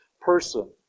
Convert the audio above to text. person